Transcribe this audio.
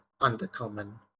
Undercommon